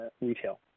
retail